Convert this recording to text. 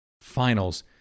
finals